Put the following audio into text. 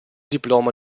diploma